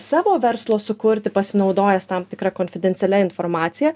savo verslo sukurti pasinaudojęs tam tikra konfidencialia informacija